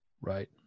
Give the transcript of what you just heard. Right